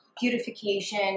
Beautification